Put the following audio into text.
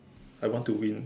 I want to win